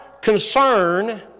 concern